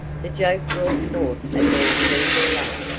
the joke brought forth a very feeble laugh,